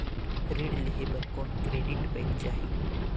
ऋण लेहे बर कौन क्रेडिट होयक चाही?